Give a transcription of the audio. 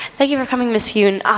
thank you for coming ms. youn. ah